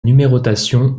numérotation